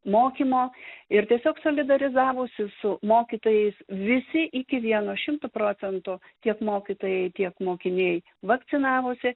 mokymo ir tiesiog solidarizavosi su mokytojais visi iki vieno šimtu procentų tiek mokytojai tiek mokiniai vakcinavosi